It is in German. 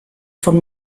von